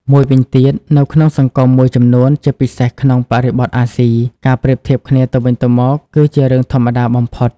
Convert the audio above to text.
មួយវិញទៀត នៅក្នុងសង្គមមួយចំនួន ជាពិសេសក្នុងបរិបទអាស៊ី ការប្រៀបធៀបគ្នាទៅវិញទៅមក គឺជារឿងធម្មតាបំផុត។